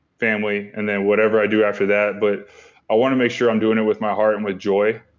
family and then whatever i do after that. but i want to make sure i'm doing it with my heart and with joy.